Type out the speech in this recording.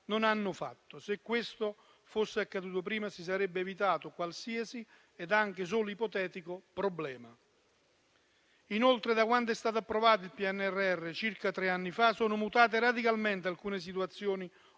non hanno fatto. Se questo fosse accaduto prima, si sarebbe evitato qualsiasi problema, anche solo ipotetico. Inoltre, da quando è stata approvato il PNRR, circa tre anni fa, sono mutate radicalmente alcune situazioni oggettive